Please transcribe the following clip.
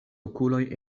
okuloj